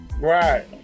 Right